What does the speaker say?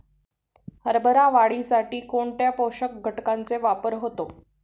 हरभरा वाढीसाठी कोणत्या पोषक घटकांचे वापर होतो?